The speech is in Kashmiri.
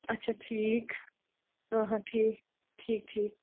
اچھا ٹھیٖک ٹھیٖک ٹھیٖک ٹھیٖک